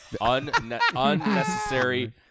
Unnecessary